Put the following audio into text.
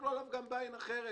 שיסתכלו עליו גם בעין אחרת.